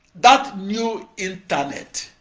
that new internet